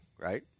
right